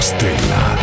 Stella